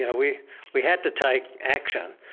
yeah we we had to take action.